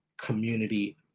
community